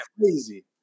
crazy